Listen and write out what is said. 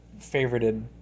favorited